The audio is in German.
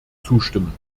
zustimmen